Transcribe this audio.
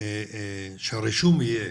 שהרישום יהיה